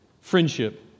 friendship